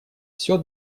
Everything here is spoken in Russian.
все